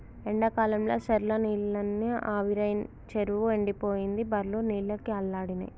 ఎండాకాలంల చెర్ల నీళ్లన్నీ ఆవిరై చెరువు ఎండిపోయింది బర్లు నీళ్లకు అల్లాడినై